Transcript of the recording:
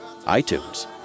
iTunes